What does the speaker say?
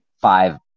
five